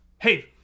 Hey